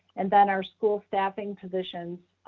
and then our school staffing positions.